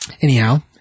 Anyhow